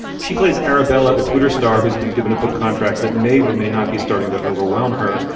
she plays arabella, a twitter star who's been given a book contract that may or may not be starting to overwhelm her.